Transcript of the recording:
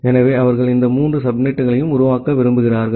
எனவே அவர்கள் இந்த மூன்று சப்நெட்களையும் உருவாக்க விரும்புகிறார்கள்